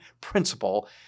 principle